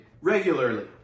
regularly